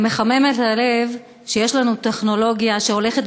זה מחמם את הלב שיש לנו טכנולוגיה שהולכת